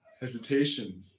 hesitation